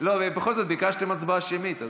ביקשתם הצבעה שמית.